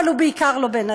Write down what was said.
אבל הוא בעיקר לא בן-אדם,